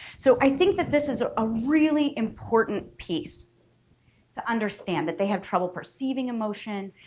so i think that this is a ah really important piece to understand. that they have trouble perceiving emotion,